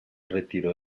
retiró